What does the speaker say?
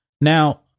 Now